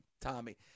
Tommy